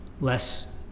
less